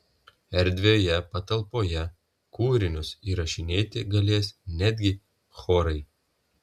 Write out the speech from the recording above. erdvioje patalpoje kūrinius įrašinėti galės netgi chorai